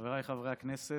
חבריי חברי הכנסת,